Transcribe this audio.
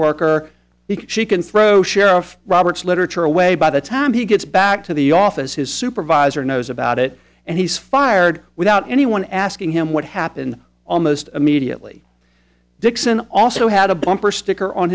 because she can throw sheriff roberts literature away by the time he gets back to the office his supervisor knows about it and he's fired without anyone asking him what happened almost immediately dixon also had a bumper sticker on